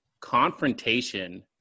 confrontation